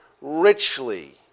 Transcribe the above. richly